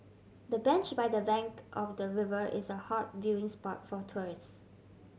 the bench by the bank of the river is a hot viewing spot for tourists